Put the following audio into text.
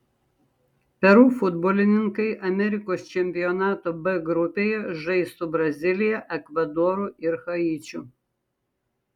peru futbolininkai amerikos čempionato b grupėje žais su brazilija ekvadoru ir haičiu